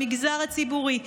במגזר הציבורי,